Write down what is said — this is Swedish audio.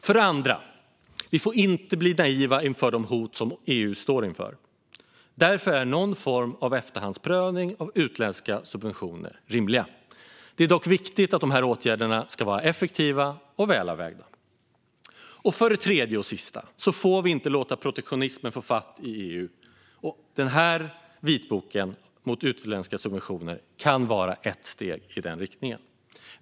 För det andra: Vi får inte bli naiva inför de hot som EU står inför. Därför är det rimligt med någon form av efterhandsprövning av utländska subventioner. Det är dock viktigt att dessa åtgärder är effektiva och välavvägda. För det tredje och sista får vi inte låta protektionismen få fatt i EU. Denna vitbok mot utländska subventioner kan vara ett steg i den riktningen.